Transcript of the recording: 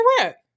Correct